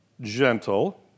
gentle